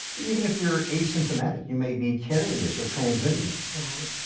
even if you're asymptomatic you may be carrying this for transmitting this right.